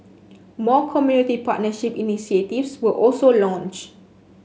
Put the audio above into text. more community partnership initiatives were also launched